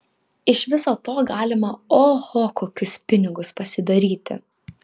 iš viso to galima oho kokius pinigus pasidaryti